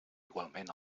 igualment